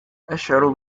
أشعر